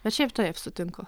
bet šiaip taip sutinku